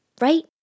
right